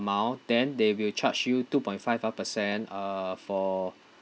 amount then they will charge you two point five uh percent uh for